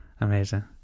Amazing